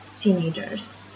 teenagers